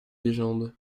légende